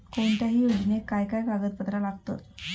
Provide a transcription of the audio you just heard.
कोणत्याही योजनेक काय काय कागदपत्र लागतत?